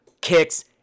kicks